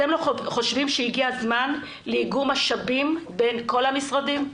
אתם לא חושבים שהגיע הזמן לאיגום משאבים בין כל המשרדים?